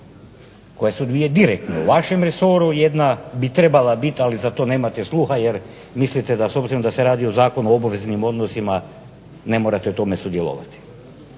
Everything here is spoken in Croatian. koje su dvije direktno u vašem resoru. Jedna bi trebala biti ali za to nemate sluha jer mislite s obzirom da se radi o Zakonu o obveznim odnosima ne morate u tome sudjelovati.